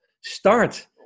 start